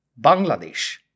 Bangladesh